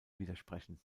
widersprechen